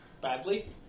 Badly